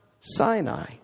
Sinai